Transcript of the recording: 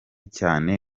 cyane